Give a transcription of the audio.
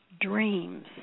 Dreams